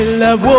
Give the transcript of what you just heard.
love